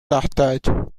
تحتاج